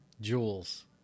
Jewels